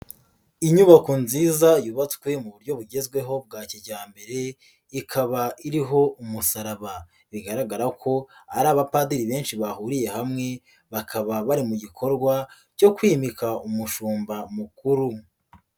Inyubako nziza yubatswe mu buryo bugezweho bwa kijyambere, ikaba iriho umusaraba bigaragara ko ari abapadiri benshi bahuriye hamwe, bakaba bari mu gikorwa cyo kwimika umushumba mukuru.